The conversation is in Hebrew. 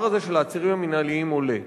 הזה של העצירים המינהליים כל כך עולה?